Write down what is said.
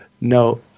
No